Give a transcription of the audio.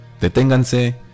Deténganse